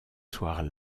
soir